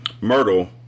Myrtle